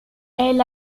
elle